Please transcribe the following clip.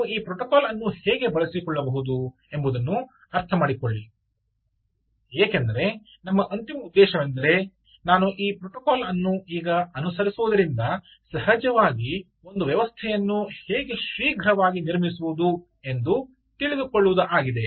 ನೀವು ಈ ಪ್ರೋಟೋಕಾಲ್ ಅನ್ನು ಹೇಗೆ ಬಳಸಿಕೊಳ್ಳಬಹುದು ಎಂಬುದನ್ನು ಅರ್ಥಮಾಡಿಕೊಳ್ಳಿ ಏಕೆಂದರೆ ನಮ್ಮ ಅಂತಿಮ ಉದ್ದೇಶವೆಂದರೆ ನಾನು ಈ ಪ್ರೋಟೋಕಾಲ್ ಅನ್ನು ಈಗ ಅನುಸರಿಸುವುದರಿಂದ ಸಹಜವಾಗಿ ಒಂದು ವ್ಯವಸ್ಥೆಯನ್ನು ಹೇಗೆ ಶೀಘ್ರವಾಗಿ ನಿರ್ಮಿಸುವುದು ಎಂದು ತಿಳಿದುಕೊಳ್ಳುವುದು ಆಗಿದೆ